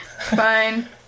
Fine